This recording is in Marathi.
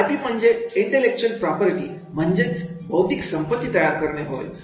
आयपी म्हणजे इंटलेक्चुअल प्रॉपर्टी म्हणजेच बौद्धिक संपत्ती तयार करणे होय